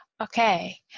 Okay